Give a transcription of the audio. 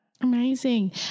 Amazing